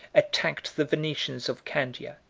attacked the venetians of candia,